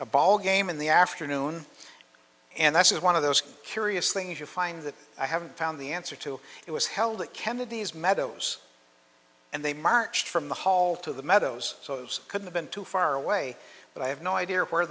a ballgame in the afternoon and that's one of those curious things you find that i haven't found the answer to it was held at kennedy's meadows and they marched from the hall to the meadows so those could have been too far away but i have no idea where